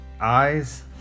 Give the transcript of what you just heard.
Eyes